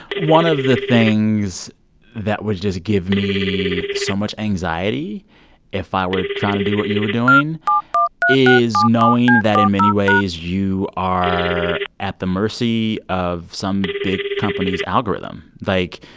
one of the things that would just give me so much anxiety if i were trying to do what you were doing is knowing that, in many ways, you are at the mercy of some big company's algorithm. like,